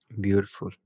Beautiful